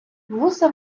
вуса